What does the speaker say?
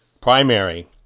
primary